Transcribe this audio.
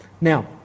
Now